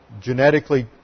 genetically